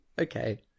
Okay